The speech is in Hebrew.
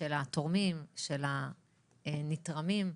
של התורמים, של הנתרמים.